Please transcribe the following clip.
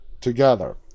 together